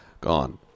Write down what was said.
gone